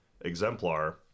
Exemplar